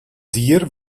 dier